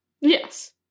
Yes